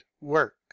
work